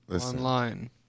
online